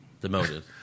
Demoted